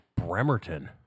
Bremerton